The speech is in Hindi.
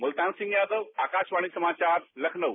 मुलतान सिंह यादव आकाशवाणी समाचार लखनऊ